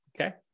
okay